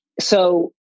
So-